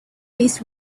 least